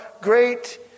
great